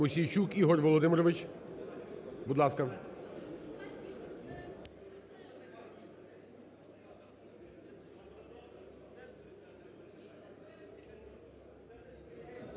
Попов Ігор Володимирович, будь ласка.